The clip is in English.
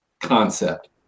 concept